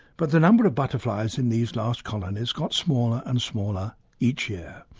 but the number of butterflies in these last colonies got smaller and smaller each year.